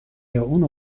اونو